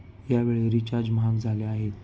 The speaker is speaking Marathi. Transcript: यावेळी रिचार्ज महाग झाले आहेत